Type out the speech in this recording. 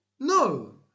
No